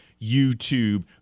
YouTube